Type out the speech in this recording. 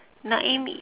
naim